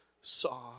saw